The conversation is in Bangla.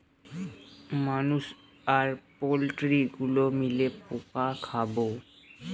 মানুষ আর পোল্ট্রি গুলো মিলে পোকা খাবো